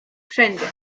wszędzie